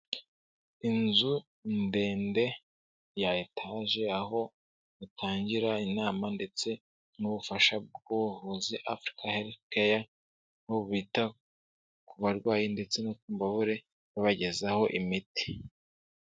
Inzu ndende ya etage aho batangira inama ndetse n'ubufasha bw'ubuvuzi Africa Health Care, abo bita ku barwayi ndetse n'ububabare babagezaho imiti.